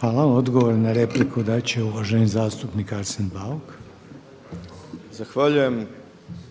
Hvala. Odgovor na repliku dati će uvaženi zastupnik Arsen Bauk. **Bauk, Arsen (SDP)** Zahvaljujem.